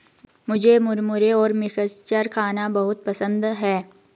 मुझे मुरमुरे और मिक्सचर खाना बहुत पसंद है